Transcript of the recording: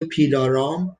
پیلارام